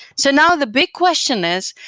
so now the big question is,